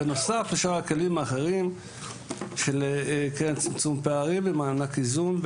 בנוסף יש את הכלים האחרים של קרן צמצום פערים ומענק איזון,